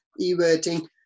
everting